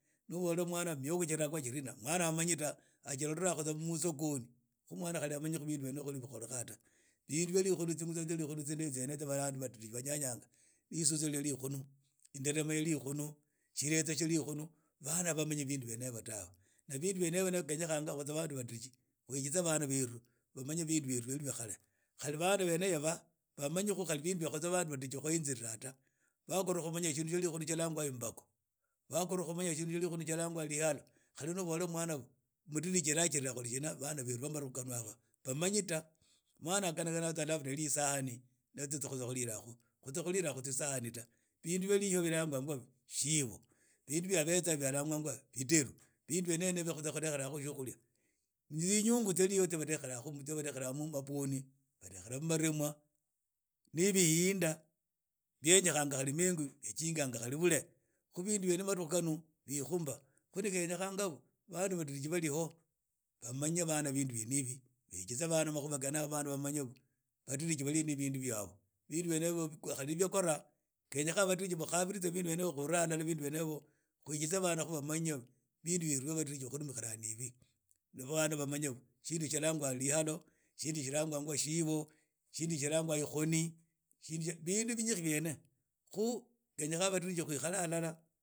Ni ubola mwna mihokho jilangwa ndina mwana amanyi tawe ajilola khu tsa musokoni khu mwna amanyi khi khuli bindu byene hibyo khuli bikholekha ta bindu byali hikhu tsingutsa tsari khu tseye tsya bandu badiriji baritsanga. ritsutsa ryali khunu. inderema yali khunu tsirenza tsari khunu ni bindu byene hibyo byo bya khwenyekhana bandu batiriji khwikhitse bana berhu bamanye bindu byeru byari bya khare khali bandu bene yaba bamanye khu bindu bya bandu badiriji bya khwayinziranga vakhorwa khumanaya tsindu tsiari khu tsia balanganga ombakho bakhorwa khumanya shindu tsia balanga loyabo kahli ni obola mwana mudiriji yalajila khu shina ban aba lughano haba bamanyi ta mwnaa akhanakhana tsa labda rhisakhani ni tsio tsia khwalila khu na khwalila khu tisahani ta bindu byari ho bilangangwa shibo. binde bya langangwa lideru. bindu byene ni byo bya khwadhekhera khu byukhulia. tsinyingu tsyari ho tsua khwadeherakhu mabwoni, vadejhera khu marhemwa ne bihinda byenyekhanga khu khali mengu bijinganga khu bidu byene madukhu khano bibekhu mba khukhenyekhanga bandu badiriji bamanye bandu bindu byene hibi bihize bana makhuba khene yakha bamanye badiriji bali ne bindu byabo bibdu byene hibyo. khenyekha badiriji khukhabirize bindu byene hibyo khumanye ha khwikhitse bana bana bamanye. shindu shialangwa lyalo. shindu tsialngangwa shibo. shindu tsialangwa ikhoni. shindu shiaalangwa. bindu binyishi. khu khenyekha badiriji khwikhale hala…